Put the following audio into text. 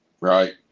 Right